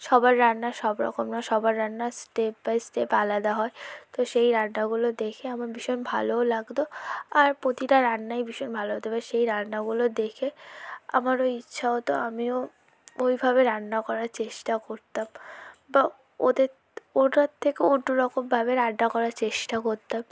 সবার রান্না সব রকম না সবার রান্না স্টেপ বাই স্টেপ আলাদা হয় তো সেই রান্নাগুলো দেখে আমার ভীষণ ভালোও লাগত আর প্রতিটা রান্নাই ভীষণ ভালো হতো এবার সেই রান্নাগুলো দেখে আমারও ইচ্ছা হতো আমিও ওইভাবে রান্না করার চেষ্টা করতাম বা ওদের ওটার থেকেও অন্যরকমভাবে রান্না করার চেষ্টা করতাম